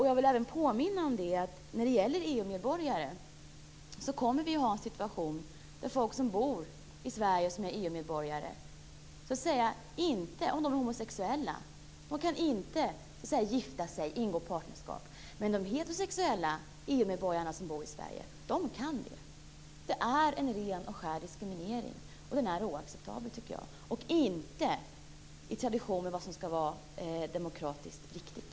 Jag vill även påminna om att när det gäller EU medborgare kommer vi att ha en situation där homosexuella som bor i Sverige och som är EU medborgare inte kan gifta sig, ingå partnerskap. Men de heterosexuella EU-medborgare som bor i Sverige kan gifta sig. Det är en ren och skär diskriminering, och den är oacceptabel, tycker jag, och inte i tradition med vad som skall vara demokratiskt riktigt.